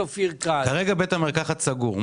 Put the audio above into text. כרגע בית המרקחת סגור.